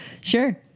Sure